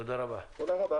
תודה רבה.